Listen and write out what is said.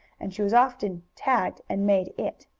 and she was often tagged and made it.